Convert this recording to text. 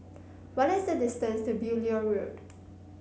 what is the distance to Beaulieu Road